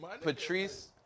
Patrice